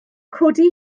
codi